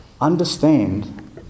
understand